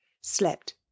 slept